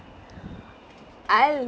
I